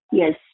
yes